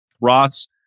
Ross